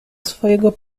swojego